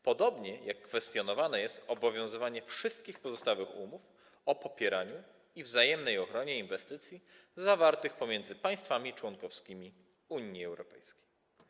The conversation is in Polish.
Podobnie jak kwestionowane jest obowiązywanie wszystkich pozostałych umów o popieraniu i wzajemnej ochronie inwestycji, zawartych pomiędzy państwami członkowskimi Unii Europejskiej.